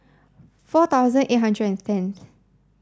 four thousand eight hundred tenth